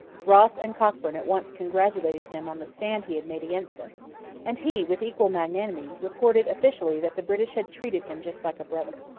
ross and cockburn at once congratulated him on the stand he had made against them and he, with equal magnanimity, reported officially that the british had treated him just like a brother